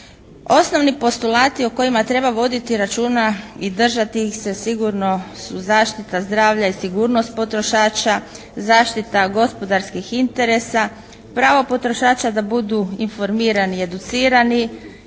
Osnovni postulati o kojima treba voditi računa i držati ih se sigurno su zaštita zdravlja i sigurnost potrošača, zaštita gospodarskih interesa, pravo potrošača da budu informirani i educirani,